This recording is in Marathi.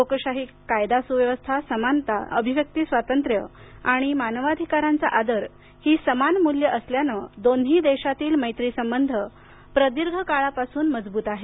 लोकशाही कायदा सुव्यवस्था समानता अभिव्यक्ती स्वातंत्र्य आणि मानवाधिकारांचा आदर ही समान मूल्ये असल्यानं दोन्ही देशांतील मैत्री संबंध प्रदीर्घ काळापासून मजबूत आहेत